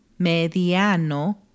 Mediano